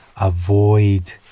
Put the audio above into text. avoid